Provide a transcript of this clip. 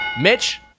Mitch